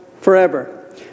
forever